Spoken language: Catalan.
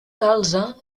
calze